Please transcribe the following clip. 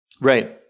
right